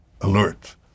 alert